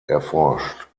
erforscht